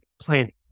planning